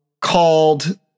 called